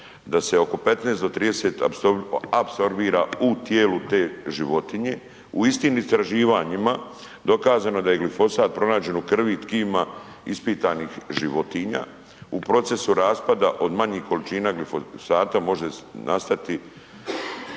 da se oko 15 do 30 apsorbira u tijelu te životinje. U istim istraživanjima dokazano je da je glifosat pronađen u krvi i tkivima ispitanih životinja u procesu raspada od manjih količina glifosata može nastati